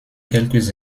quelques